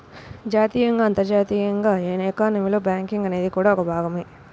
జాతీయంగా, అంతర్జాతీయంగా ఎకానమీలో బ్యాంకింగ్ అనేది కూడా ఒక భాగమే